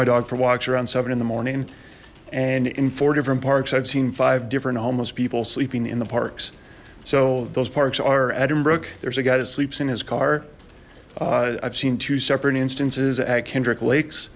my dog for walks around seven zero in the morning and in four different parks i've seen five different homeless people sleeping in the parks so those parks are a dream brooke there's a guy that sleeps in his car i've seen two separate instances